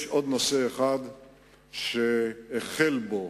יש עוד נושא שהמשרד החל לעסוק בו